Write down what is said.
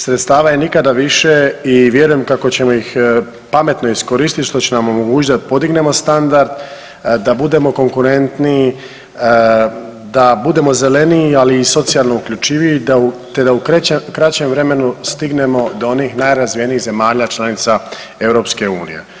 Sredstava je nikada više i vjerujem kako ćemo ih pametno iskoristiti što će nam omogućiti da podignemo standard, da budemo konkurentniji, da budemo zeleniji ali i socijalno uključiviji te da u kraćem vremenu stignemo do onih najrazvijenijih zemalja članica EU.